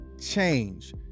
change